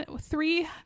three